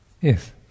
Yes